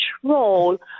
control